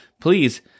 please